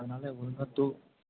அதனால் ஒழுங்காகா தூ